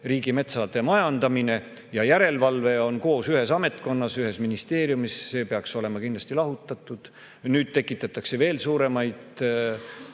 riigimetsade majandamine ja järelevalve on koos ühes ametkonnas, ühes ministeeriumis. See peaks olema kindlasti lahutatud. Nüüd tekitatakse veel suuremaid